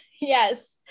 Yes